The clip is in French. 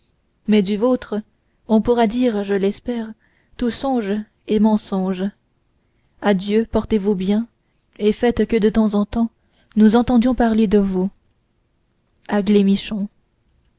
mais du vôtre on pourra dire je l'espère tout songe est mensonge adieu portez-vous bien et faites que de temps en temps nous entendions parler de vous